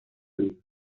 میاید